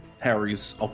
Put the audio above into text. Harry's